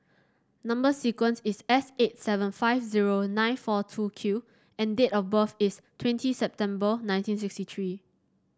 number sequence is S eight seven five zero nine four two Q and date of birth is twenty September nineteen sixty three